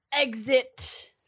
exit